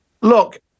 look